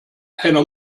einer